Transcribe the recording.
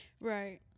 right